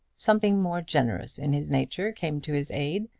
something more generous in his nature came to his aid,